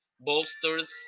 bolsters